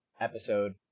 episode